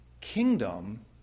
kingdom